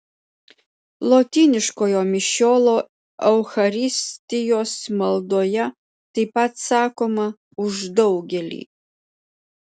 lotyniškojo mišiolo eucharistijos maldoje taip pat sakoma už daugelį